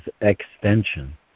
extension